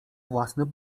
własny